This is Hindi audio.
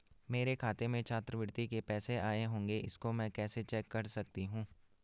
मेरे खाते में छात्रवृत्ति के पैसे आए होंगे इसको मैं कैसे चेक कर सकती हूँ?